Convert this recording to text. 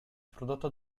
prodotto